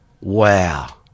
wow